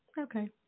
Okay